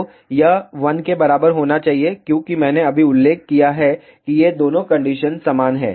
तो यह 1 के बराबर होना चाहिए क्योंकि मैंने अभी उल्लेख किया है कि ये दोनों कंडीशन समान हैं